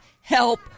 help